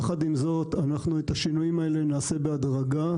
יחד עם זאת את השינויים האלה נעשה בהדרגה.